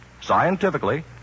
scientifically